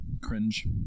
Cringe